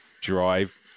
drive